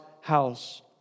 house